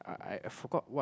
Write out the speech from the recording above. I I forgot what